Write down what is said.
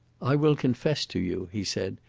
i will confess to you, he said,